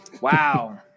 Wow